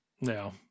No